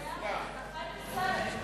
אתה חי בסרט, אתה יודע?